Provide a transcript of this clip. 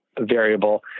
variable